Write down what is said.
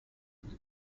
would